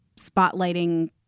spotlighting